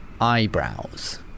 eyebrows